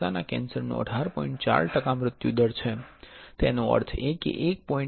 4 ટકા મૃત્યુદર છે તેનો અર્થ એ કે 1